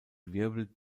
wirbel